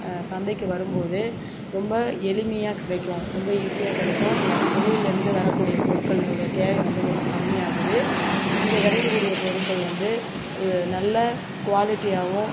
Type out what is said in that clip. சந்தைக்கு வரும்போது ரொம்ப எளிமையாக கிடைக்கும் ரொம்ப ஈஸியாக கிடைக்கும் ய வெளியிலிருந்து வரக்கூடிய பொருட்கள்னுடைய தேவையானது கொஞ்சம் கம்மியாகுது இங்கே கிடைக்கக்கூடிய பொருட்கள் வந்து ஒரு நல்ல குவாலிட்டியாகவும்